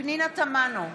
פנינה תמנו,